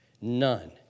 None